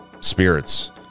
spirits